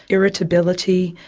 irritability,